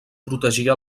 protegia